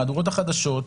במהדורות החדשות,